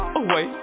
away